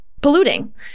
polluting